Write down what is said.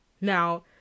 Now